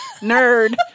Nerd